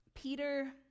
Peter